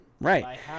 right